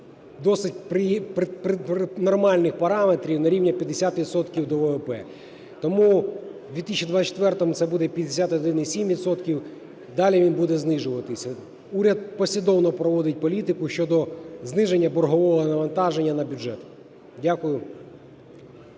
досить нормальних параметрів: на рівні 50 відсотків до ВВП. Тому в 2024-му це буде 51,7 відсотка, далі він буде знижуватися. Уряд послідовно проводить політику щодо зниження боргового навантаження на бюджет. Дякую.